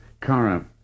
Kara